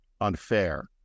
unfair